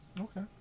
Okay